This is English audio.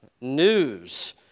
news